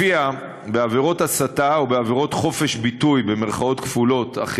שלפיה בעבירות הסתה או בעבירות "חופש ביטוי" אחרות